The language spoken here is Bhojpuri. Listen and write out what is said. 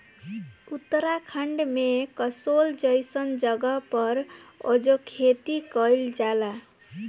उत्तराखंड में कसोल जइसन जगह पर आजो खेती कइल जाला